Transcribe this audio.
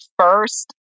first